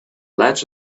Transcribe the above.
latch